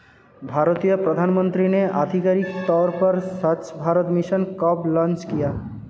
भारतीय प्रधानमंत्री ने आधिकारिक तौर पर स्वच्छ भारत मिशन कब लॉन्च किया?